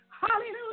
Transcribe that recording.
Hallelujah